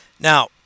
Now